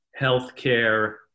healthcare